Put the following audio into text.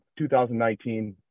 2019